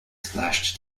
splashed